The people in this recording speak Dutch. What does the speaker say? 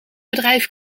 bedrijf